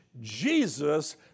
Jesus